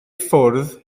ffwrdd